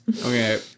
okay